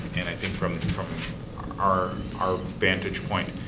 and i think from from um our our vantage point,